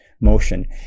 motion